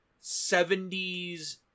70s